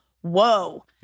whoa